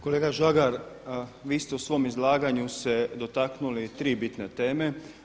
Kolega Žagar, vi ste u svom izlaganju se dotaknuli tri bitne teme.